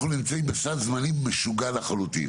אנחנו נמצאים בסד זמנים משוגע לחלוטין.